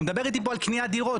הוא מדבר איתי פה על קניית דירות,